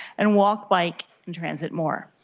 and walk bike in-transit more.